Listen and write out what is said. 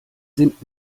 sind